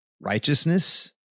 righteousness